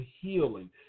healing